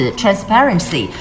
transparency